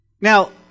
Now